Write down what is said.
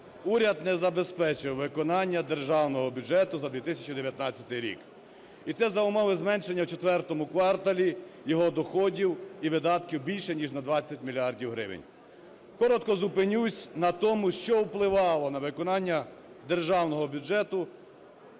Уряд не забезпечив виконання Державного бюджету за 2019 рік. І це за умови зменшення у IV кварталі його доходів і видатків більше ніж на 20 мільярдів гривень. Коротко зупинюсь на тому, що впливало на виконання Державного бюджету